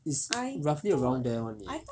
it's roughly around there [one] leh